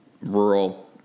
rural